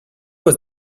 was